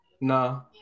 No